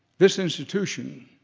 this institution,